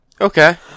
Okay